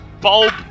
Bulb